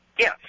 Yes